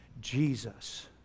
Jesus